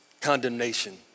condemnation